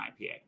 IPA